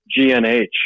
GNH